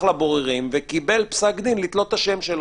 לבוררים וקיבל פסק דין לתלות את השם שלו.